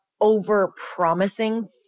over-promising